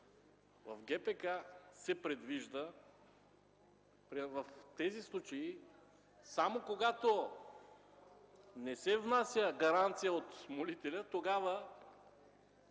в ГПК се предвижда в тези случаи, само когато не се внася гаранция от молителя, тогава